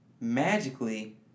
magically